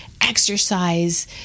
exercise